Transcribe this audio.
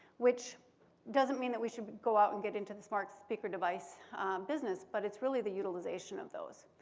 which doesn't mean that we should go out and get into the smart speaker device business. but it's really the utilization of those.